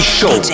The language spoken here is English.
Show